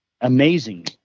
amazing